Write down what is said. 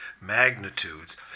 magnitudes